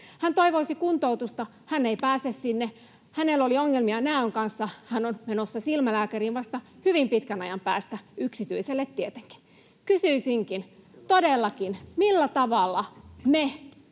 Hän toivoisi kuntoutusta, hän ei pääse sinne. Hänellä oli ongelmia näön kanssa, ja hän on menossa silmälääkäriin vasta hyvin pitkän ajan päästä, yksityiselle tietenkin. Kysyisinkin, todellakin: millä tavalla me